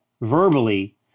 verbally